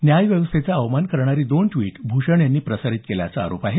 न्यायव्यवस्थेचा अवमान करणारी दोन ट्वीट भूषण यांनी प्रसारित केल्याचा आरोप आहे